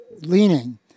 leaning